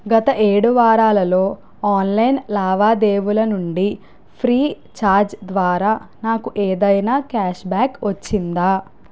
గత ఏడు వారాలలో ఆన్లైన్ లావాదేవీల నుండి ఫ్రీచార్జ్ ద్వారా నాకు ఏదైనా క్యాష్ బ్యాక్ వచ్చిందా